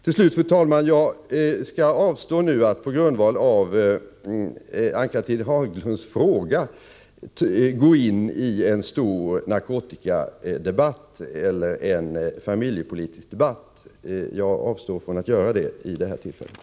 Till slut, fru talman, skall jag avstå från att vid detta tillfälle, på grundval av Ann-Cathrine Haglunds fråga, gå in i en stor narkotikadebatt eller en familjepolitisk debatt.